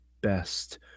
best